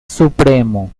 supremo